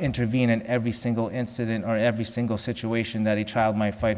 intervene in every single incident or every single situation that a child my fi